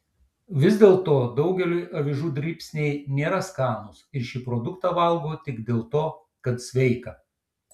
vis dėlto daugeliui avižų dribsniai nėra skanūs ir šį produktą valgo tik dėl to kad sveika